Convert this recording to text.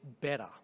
better